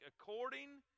according